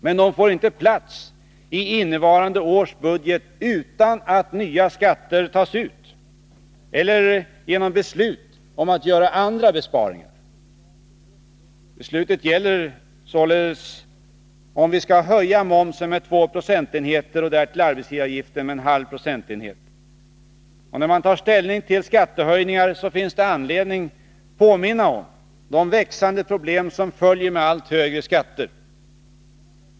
Men de får inte plats i innevarande års budget utan att nya skatter tas ut eller genom beslut om att göra andra besparingar. Beslutet gäller således om vi skall höja momsen med två procentenheter och därtill arbetsgivaravgift med en halv procentenhet. När man tar ställning till skattehöjningar finns det anledning att påminna om de växande problem som följer med allt högre skatter.